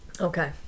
Okay